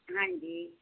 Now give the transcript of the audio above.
ਹਾਂਜੀ